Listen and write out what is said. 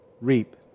reap